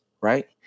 right